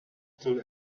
still